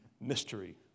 mystery